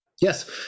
Yes